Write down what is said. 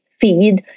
feed